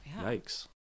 Yikes